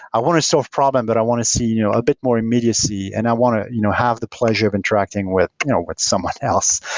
i want to solve problem, but i want to see you a bit more immediacy and i want to you know have the pleasure of interacting with with someone else.